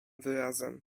wyrazem